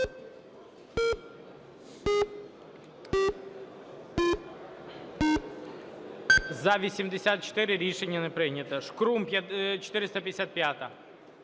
За-84 Рішення не прийнято. Шкрум, 455-а.